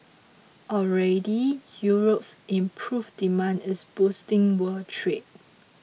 already Europe's improved demand is boosting world trade